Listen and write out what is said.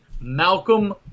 Malcolm